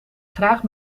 graag